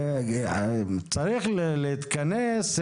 צריך להתכנס,